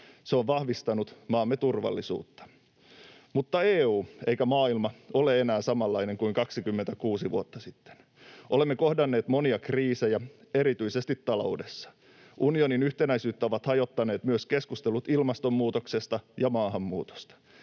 Se on vahvistanut maamme turvallisuutta. Mutta ei EU eikä maailma ole enää samanlainen kuin 26 vuotta sitten. Olemme kohdanneet monia kriisejä, erityisesti taloudessa. Unionin yhtenäisyyttä ovat hajottaneet myös keskustelut ilmastonmuutoksesta ja maahanmuutosta.